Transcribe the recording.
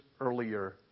earlier